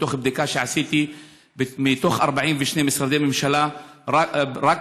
מתוך בדיקה שעשיתי עולה כי מתוך 42 משרדי ממשלה,